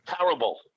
Terrible